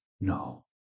No